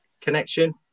Connection